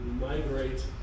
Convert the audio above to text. migrate